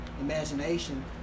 imagination